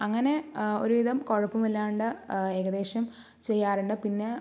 അങ്ങനെ ഒരു വിധം കുഴപ്പമില്ലാണ്ട് ഏകദേശം ചെയ്യാറുണ്ട് പിന്നെ